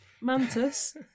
Mantis